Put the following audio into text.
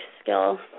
skill